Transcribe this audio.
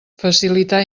facilitar